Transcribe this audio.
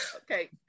okay